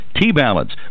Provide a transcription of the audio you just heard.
T-Balance